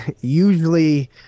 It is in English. usually